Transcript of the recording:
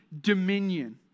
dominion